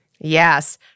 Yes